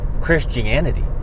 Christianity